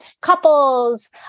couples